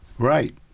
Right